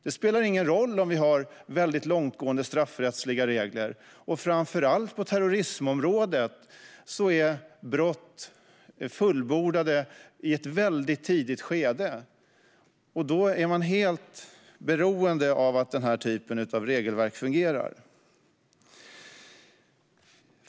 Det spelar ingen roll om vi har väldigt långtgående straffrättsliga regler. Framför allt på terrorismområdet är brott fullbordade i ett väldigt tidigt skede. Då är man helt beroende av att den här typen av regelverk fungerar.